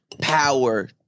power